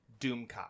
Doomcock